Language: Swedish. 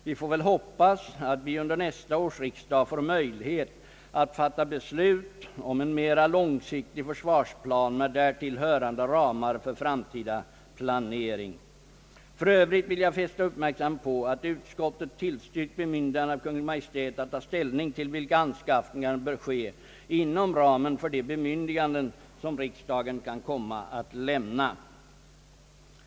Vi får väl hoppas att vi under nästa års riksdag får möjlighet att fatta beslut om en mera långsiktig försvarsplan med därtill hörande ramar för framtida planering. För övrigt vill jag fästa uppmärksamheten på att utskottet tillstyrkt bemyndigande för Kungl. Maj:t att ta ställning till vilka anskaffningar som bör ske inom ramen för de bemyndiganden, som riksdagen kan komma att lämna.